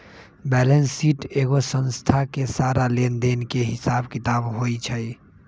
balance sheet एगो संस्था के सारा लेन देन के हिसाब किताब होई छई